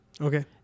Okay